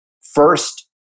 first